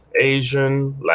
Asian